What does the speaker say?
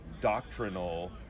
doctrinal